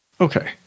Okay